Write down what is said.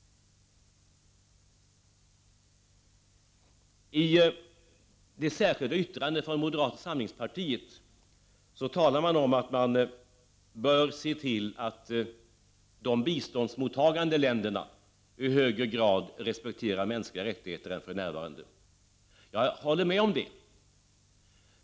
I det särskilda yttrandet från moderata samlingspartiet talas det om att man bör se till att de biståndsmottagande länderna i högre grad respekterar mänskliga rättigheter än som för närvarande är fallet. Jag håller med om det.